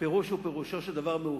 הפירוש הוא: מאוחדים.